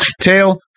tail